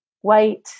white